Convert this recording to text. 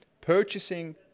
purchasing